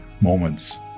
moments